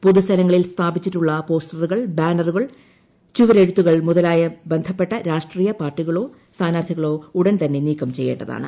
പൊതു സ്ഥലങ്ങളിൽ സ്ഥാപിച്ചിട്ടുള്ള പോസ്റ്ററുകൾ ബാനറുകൾ ചുവരെഴുത്തുകൾ മുതലായ ബന്ധപ്പെട്ട രാഷ്ട്രീയ പാർട്ടികളോ സ്ഥാനാർത്ഥികളോ ഉടൻ തന്നെ നീക്കം ചെയ്യേ താണ്